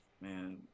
Man